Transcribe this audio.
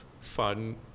fun